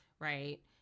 Right